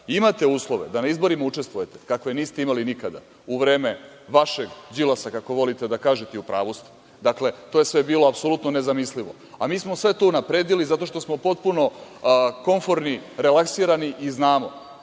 imate uslove da na izborima učestvujete kakve niste imali nikada, u vreme vašeg Đilasa, kako volite da kažete i u pravu ste. Dakle, sve je bilo apsolutno nezamislivo, a mi smo sve to unapredili i zato što smo potpuno komforni, relaksirani i znamo.